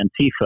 Antifa